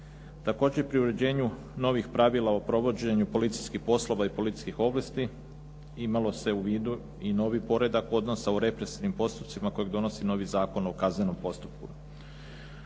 Također pri uređenju novih pravila o provođenju policijskih poslova i policijskih ovlasti imalo se u vidu i novi poredak odnosa u represivnim postupcima kojeg donosi novi Zakon o kaznenom postupku.